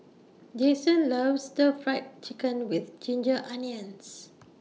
Jason loves Stir Fried Chicken with Ginger Onions